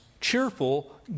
cheerful